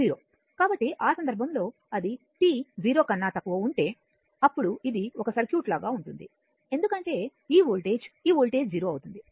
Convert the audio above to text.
కాబట్టి ఆ సందర్భంలో అది t 0 కన్నా తక్కువ ఉంటే అప్పుడు ఇది ఒక సర్క్యూట్ లాగా ఉంటుంది ఎందుకంటే ఈ వోల్టేజ్ ఈ వోల్టేజ్ 0 అవుతుంది